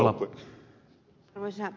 arvoisa puhemies